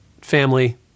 Family